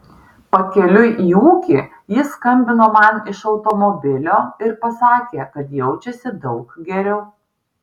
pakeliui į ūkį jis skambino man iš automobilio ir pasakė kad jaučiasi daug geriau